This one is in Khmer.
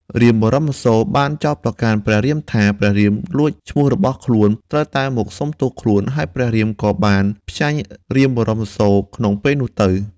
រាមបរសូរ បានចោទប្រកាន់ព្រះរាមថា ព្រះរាមលួចឈ្មោះរបស់ខ្លួន ត្រូវតែមកសុំទោសខ្លួន ហើយព្រះរាមក៏បានផ្ចាញ់រាមបរមសូរក្នុងពេលនោះទៅ។